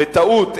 בטעות,